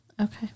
Okay